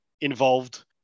involved